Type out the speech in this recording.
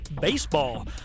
baseball